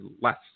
less